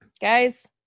Guys